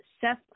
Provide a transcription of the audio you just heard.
Seth